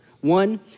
One